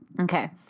okay